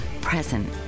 present